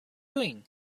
doing